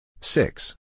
six